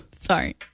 Sorry